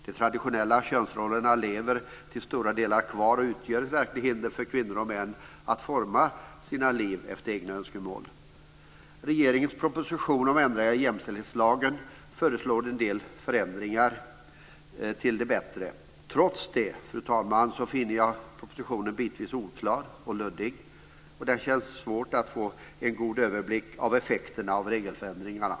De traditionella könsrollerna lever till stora delar kvar och utgör ett verkligt hinder för kvinnor och män att forma sina liv efter egna önskemål. Regeringens proposition om ändringar i jämställdhetslagen föreslår en del förändringar till det bättre. Trots det, fru talman, finner jag propositionen bitvis oklar och luddig, och det känns svårt att få en god överblick av effekterna av regelförändringarna.